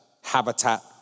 habitat